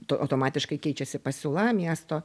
to automatiškai keičiasi pasiūla miesto